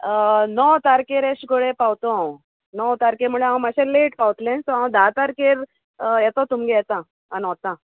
णव तारकेर एश कडेन पावतो हांव णव तारके म्हळ्यार हांव मातशें लेट पावतलें सो हांव धा तारखेर येता तुमगे येता आनी